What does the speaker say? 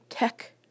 Tech